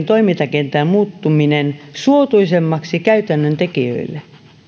toimintakentän muuttuminen suotuisammaksi käytännön tekijöille